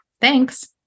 Thanks